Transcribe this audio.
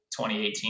2018